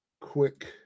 quick